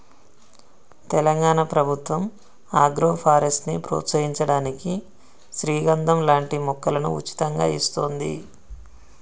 తెలంగాణ ప్రభుత్వం ఆగ్రోఫారెస్ట్ ని ప్రోత్సహించడానికి శ్రీగంధం లాంటి మొక్కలను ఉచితంగా ఇస్తోంది